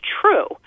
true